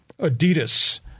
adidas